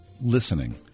listening